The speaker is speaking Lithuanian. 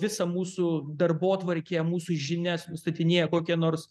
visą mūsų darbotvarkę mūsų žinias nustatinėja kokie nors